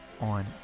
on